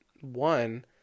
one